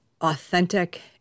authentic